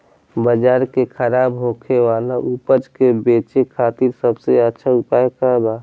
बाजार में खराब होखे वाला उपज के बेचे खातिर सबसे अच्छा उपाय का बा?